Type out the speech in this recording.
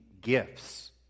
gifts